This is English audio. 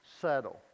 Settle